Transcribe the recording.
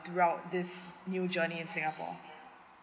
throughout this new journey in singapore